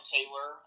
Taylor